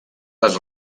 les